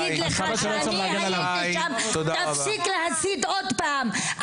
אני יכולה להגיד לך שתפסיק להצית עוד פעם.